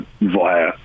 via